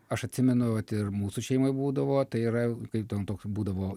aš atsimenu vat ir mūsų šeimoj būdavo tai yra kaip ten toks būdavo